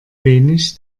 wenig